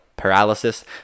paralysis